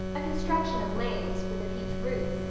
a construction of lathes, with a peaked roof,